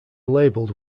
labeled